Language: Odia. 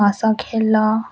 ହସ ଖେଲ